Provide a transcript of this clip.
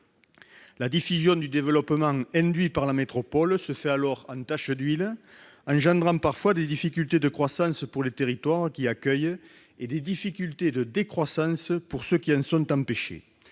affectées. Le développement induit par la métropole se fait alors en tache d'huile. Cette situation peut provoquer des difficultés de croissance pour les territoires qui l'accueillent et des difficultés de décroissance pour ceux qui en sont privés.